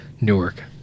Newark